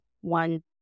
one